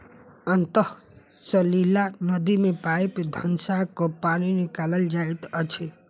अंतः सलीला नदी मे पाइप धँसा क पानि निकालल जाइत अछि